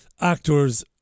actors